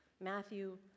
Matthew